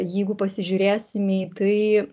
jeigu pasižiūrėsim į tai